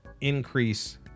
increase